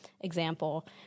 Example